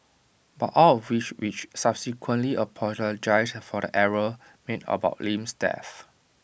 but all of which which subsequently apologised for the error made about Lim's death